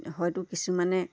হয়তো কিছুমানে